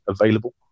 available